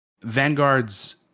Vanguard's